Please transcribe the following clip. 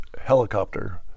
helicopter